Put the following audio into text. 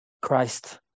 Christ